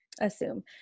assume